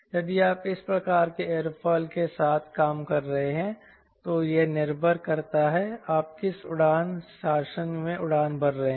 यदि आप इस प्रकार के एयरोफिल के साथ काम कर रहे हैं तो यह निर्भर करता है आप किस उड़ान शासन में उड़ान भर रहे हैं